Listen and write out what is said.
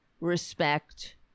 respect